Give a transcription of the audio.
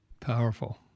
Powerful